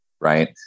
Right